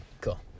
cool